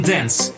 Dance